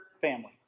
family